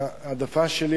ההעדפה שלי,